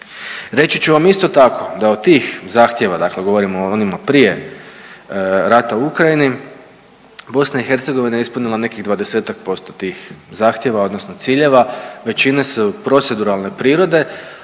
Reći ću vam isto tako da od tih zahtjeva, dakle govorimo o onima prije rata u Ukrajini, BiH je ispunila nekih 20-tak posto tih zahtjeva odnosno ciljeva, većina su proceduralne prirode,